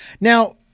Now